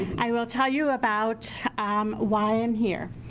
i will tell you about um why i'm here.